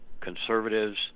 conservatives